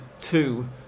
two